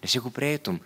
nes jeigu prieitum